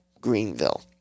Greenville